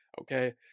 Okay